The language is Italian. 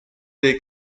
dei